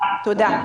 תודה.